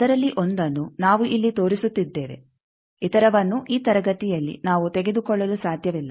ಅದರಲ್ಲಿ ಒಂದನ್ನು ನಾವು ಇಲ್ಲಿ ತೋರಿಸುತ್ತಿದ್ದೇವೆ ಇತರವನ್ನು ಈ ತರಗತಿಯಲ್ಲಿ ನಾವು ತೆಗೆದುಕೊಳ್ಳಲು ಸಾಧ್ಯವಿಲ್ಲ